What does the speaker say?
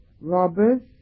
robbers